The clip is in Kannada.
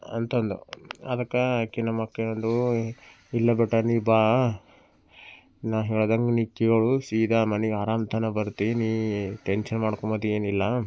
ಅಂತ ಅಂದು ಅದಕ್ಕೆ ಆಕೆ ನಮ್ಮ ಅಕ್ಕ ಅಂದಳು ಇಲ್ಲ ಬೇಟ ನೀನು ಬಾ ನಾನು ಹೇಳಿದೆ ನೀನು ಕೇಳು ಸೀದಾ ಮನೆಗೆ ಆರಾಮ್ ತನಕ ಬರ್ತಿ ನೀನು ಟೆನ್ಷನ್ ಮಾಡ್ಕೋಬದಿ ಏನಿಲ್ಲ